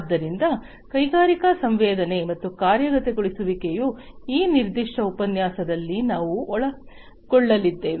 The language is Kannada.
ಆದ್ದರಿಂದ ಕೈಗಾರಿಕಾ ಸಂವೇದನೆ ಮತ್ತು ಕಾರ್ಯಗತಗೊಳಿಸುವಿಕೆಯು ಈ ನಿರ್ದಿಷ್ಟ ಉಪನ್ಯಾಸದಲ್ಲಿ ನಾವು ಒಳಗೊಳ್ಳಲಿದ್ದೇವೆ